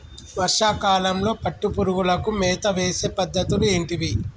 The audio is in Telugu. వర్షా కాలంలో పట్టు పురుగులకు మేత వేసే పద్ధతులు ఏంటివి?